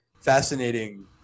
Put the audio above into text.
fascinating